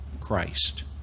Christ